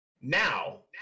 Now